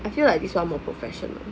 I feel like this one more professional